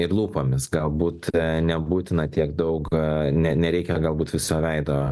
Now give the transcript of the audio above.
ir lūpomis galbūt nebūtina tiek daug ne nereikia galbūt viso veido